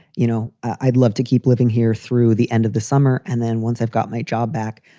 you know, i'd love to keep living here through the end of the summer. and then once i've got my job back,